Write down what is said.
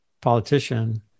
politician